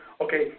okay